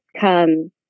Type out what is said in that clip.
come